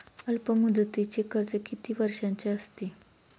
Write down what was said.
अल्पमुदतीचे कर्ज किती वर्षांचे असते?